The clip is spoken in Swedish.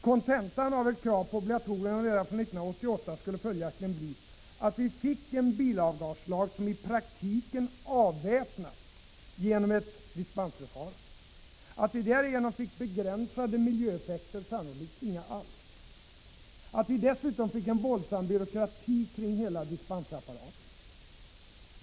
Kontentan av ert krav på obligatorium redan från 1988 skulle följaktligen bli: Oo att vi fick en bilavgaslag som i praktiken avväpnats genom ett dispensförfarande, O att vi därigenom fick begränsade miljöeffekter, sannolikt inga alls, och O att vi dessutom fick en våldsam byråkrati kring hela dispensapparaten.